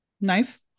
nice